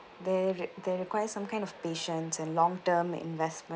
they they require some kind of patience and long term investment